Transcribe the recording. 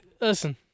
Listen